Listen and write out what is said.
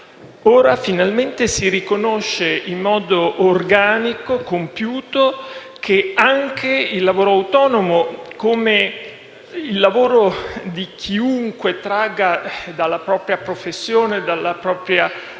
Ora finalmente si riconosce in modo organico e compiuto che anche il lavoro autonomo, come quello di chiunque tragga dalla propria professione e dalla propria